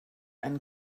einen